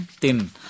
tin